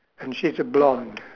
and she's a blonde